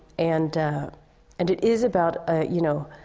and and it is about a you know,